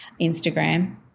Instagram